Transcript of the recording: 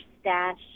stash